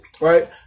right